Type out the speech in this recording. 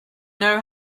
know